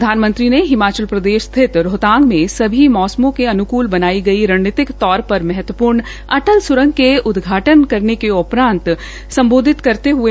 प्रधानमंत्री ने हिमाचल प्रदेश स्थित रोहतांग में सभी मौसमों के अन्कूल बनाई गई रणनीतिक तौरपर महत्वपूर्ण अटल सुरंग के उदघाटन् करने के उपरान्त सम्बोधित कर रहे थे